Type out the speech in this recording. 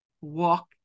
walk